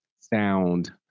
sound